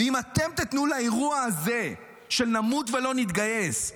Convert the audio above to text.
ואם אתם תיתנו לאירוע הזה של "נמות ולא נתגייס",